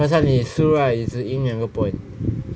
that's why 你输 right 你只赢两个 point